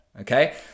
okay